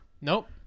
nope